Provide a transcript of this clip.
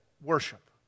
worship